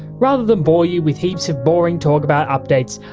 rather than bore you with heaps of boring talk about updates,